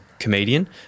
comedian